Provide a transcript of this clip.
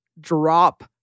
drop